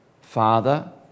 Father